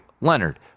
Leonard